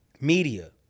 media